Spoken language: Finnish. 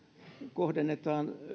kohdennetaan